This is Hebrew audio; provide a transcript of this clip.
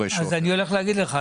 אז אני הולך להגיד לך.